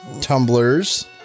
Tumblers